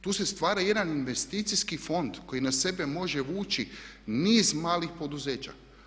Tu se stvara jedan investicijski fond koji na sebe može vući niz malih poduzeća.